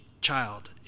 child